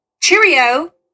cheerio